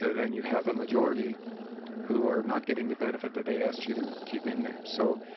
then you have a majority who are not getting the benefit that they asked you to keep in there. so,